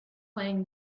playing